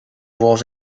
was